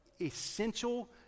essential